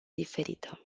diferită